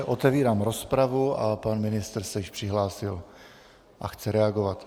Otevírám rozpravu a pan ministr se již přihlásil a chce reagovat.